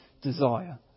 desire